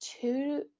two